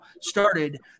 started